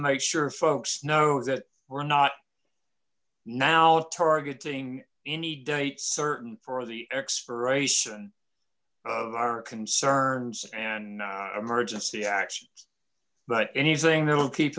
make sure folks know that we're not now targeting any date certain for the expiration of our concerns and emergency actions but anything that will keep